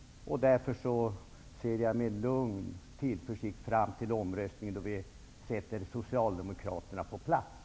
Därför ser jag med tillförsikt fram mot omröstningen då vi sätter socialdemokraterna på plats.